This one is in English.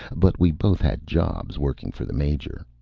but we both had jobs working for the major.